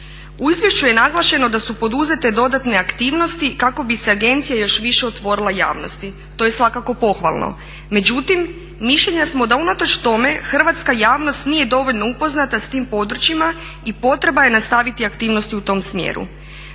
U izvješću je naglašeno da su poduzete dodatne aktivnosti kako bi se agencija još više otvorila javnosti. To je svakako pohvalno. Međutim, mišljenja smo da unatoč tome hrvatska javnost nije dovoljno upoznata s tim područjima i potreba je nastaviti aktivnosti u tom smjeru.